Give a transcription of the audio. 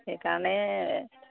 সেইকাৰণে